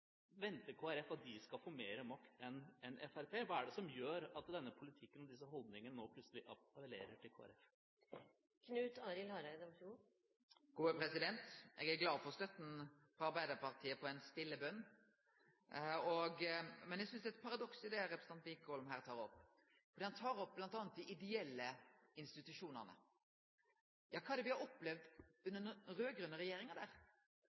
venter Kristelig Folkeparti at de skal få mer makt enn Fremskrittspartiet? Hva er det som gjør at denne politikken og disse holdningene nå plutselig appellerer til Kristelig Folkeparti? Eg er glad for støtta frå Arbeidarpartiet når det gjeld ei stille bønn. Men eg synest det er eit paradoks i det representanten Wickholm her tek opp. Han tek opp bl.a. dei ideelle institusjonane. Ja, kva er det me har opplevd under den raud-grøne regjeringa?